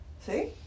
See